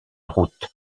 route